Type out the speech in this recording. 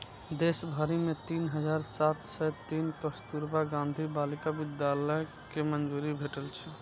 देश भरि मे तीन हजार सात सय तीन कस्तुरबा गांधी बालिका विद्यालय कें मंजूरी भेटल छै